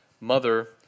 mother